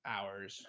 Hours